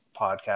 podcast